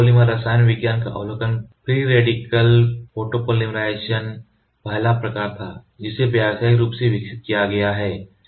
photopolymer रसायन विज्ञान का अवलोकन फ्री रेडिकल फोटोपॉलीमराइज़ेशन पहला प्रकार था जिसे व्यावसायिक रूप से विकसित किया गया है